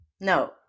No